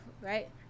right